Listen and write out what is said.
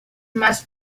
más